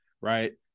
right